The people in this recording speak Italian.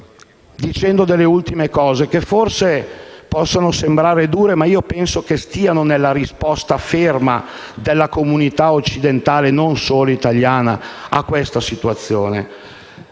considerazioni che forse possono sembrare dure, ma penso che si inseriscano nella risposta ferma della comunità occidentale, non solo italiana, a questa situazione.